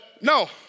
no